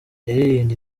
yaririmbye